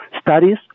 studies